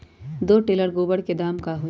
दो टेलर गोबर के दाम का होई?